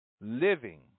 living